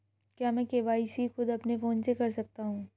क्या मैं के.वाई.सी खुद अपने फोन से कर सकता हूँ?